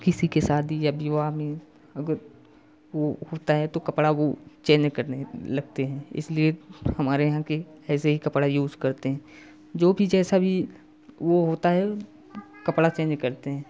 किसी के शादी या विवाह में अगर वह होता है तो कपड़ा वह चैंज करने लगते हैं इसलिए हमारे यहाँ के ऐसे ही कपड़ा यूज़ करते हैं जो भी जैसा भी वह होता है कपड़ा चेंज करते हैं